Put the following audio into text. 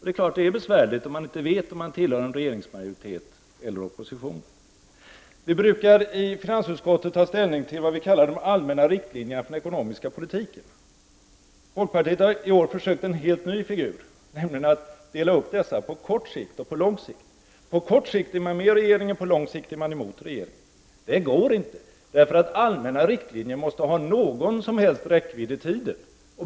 Det är klart att det är besvärligt om man inte vet om man tillhör en regeringsmajoritet eller oppositionen. Vi brukar i finansutskottet ta ställning till de allmänna riktlinjerna för den ekonomiska politiken. Folkpartiet har i år försökt med en helt ny figur, nämligen att dela upp dessa på kort sikt och på lång sikt. På kort sikt är man med regeringen, och på lång sikt är man mot regeringen. Det går inte, därför att allmänna riktlinjer måste ha någon räckvidd i tiden.